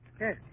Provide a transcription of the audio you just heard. Yes